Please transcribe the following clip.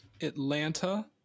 atlanta